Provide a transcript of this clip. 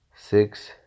Six